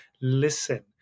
listen